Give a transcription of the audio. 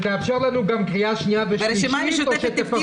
ותאפשר לנו גם קריאה שנייה ושלישית או שתפרקו אותם ביום רביעי?